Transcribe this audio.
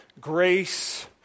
grace